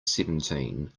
seventeen